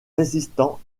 résistants